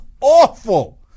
awful